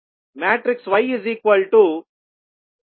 75S 0